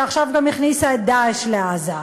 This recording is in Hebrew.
שעכשיו גם הכניסה את "דאעש" לעזה.